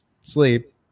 sleep